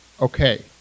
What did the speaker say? okay